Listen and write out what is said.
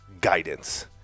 guidance